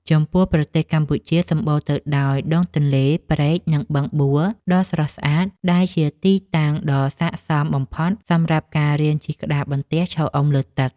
ចំពោះប្រទេសកម្ពុជាសម្បូរទៅដោយដងទន្លេ ព្រែក និងបឹងបួដ៏ស្រស់ស្អាត ដែលជាទីតាំងដ៏ស័ក្តិសមបំផុតសម្រាប់ការរៀនជិះក្តារបន្ទះឈរអុំលើទឹក។